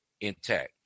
intact